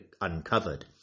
uncovered